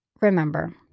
remember